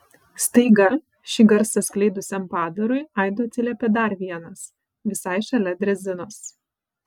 staiga šį garsą skleidusiam padarui aidu atsiliepė dar vienas visai šalia drezinos